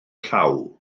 llaw